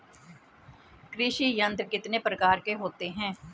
कृषि यंत्र कितने प्रकार के होते हैं?